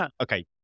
okay